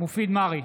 מופיד מרעי,